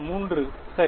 3 சரி